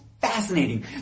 fascinating